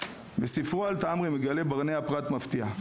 בספרו על תעמרי מגלה ברנע פרט מפתיע,